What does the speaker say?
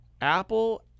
Apple